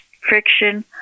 friction